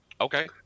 Okay